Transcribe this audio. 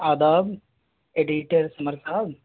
آداب ایڈیٹر سمرتاب